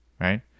Right